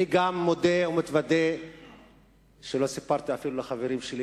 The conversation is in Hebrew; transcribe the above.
אני גם מודה ומתוודה שלא סיפרתי אפילו לחברים שלי,